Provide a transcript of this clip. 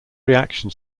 reaction